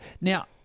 Now